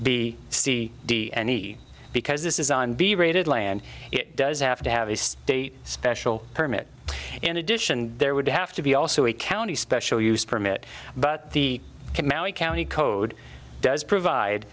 b c d and e because this is on b rated land it does have to have a state special permit in addition there would have to be also a county special use permit but the can mount county code does provide